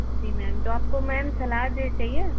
जी ma'am तो आपको ma'am सलाद चाहिए